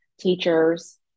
teachers